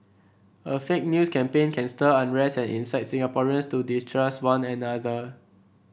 a fake news campaign can stir unrest and incite Singaporeans to distrust one another